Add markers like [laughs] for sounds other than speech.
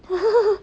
[laughs]